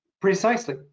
precisely